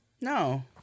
No